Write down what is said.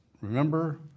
Remember